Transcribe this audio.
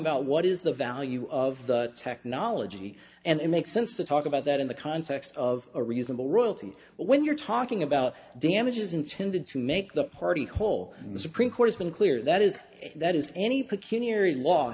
about what is the value of the technology and it makes sense to talk about that in the context of a reasonable royalty but when you're talking about damages intended to make the party whole and the supreme court has been clear that is that is any